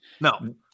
No